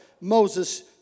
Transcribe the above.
Moses